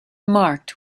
marked